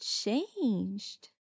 changed